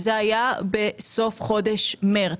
שזה היה בסוף חודש מרס.